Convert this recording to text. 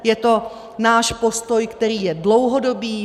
Je to náš postoj, který je dlouhodobý.